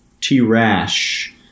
T-Rash